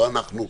לא אנחנו,